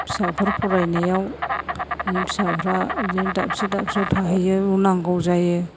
फिसाफोर फरायनायाव बिदिनो फिसाफ्रा बिदिनो दाबसे दाबसेयाव थाहैयो बेयाव नांगौ जायो